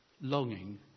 longing